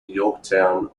yorktown